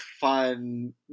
fun